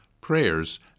prayers